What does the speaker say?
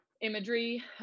imagery